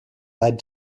led